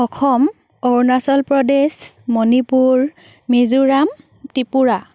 Assam Arunachal Pradesh Manipur Mizoram Tripura